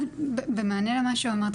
במענה למה שאמרת,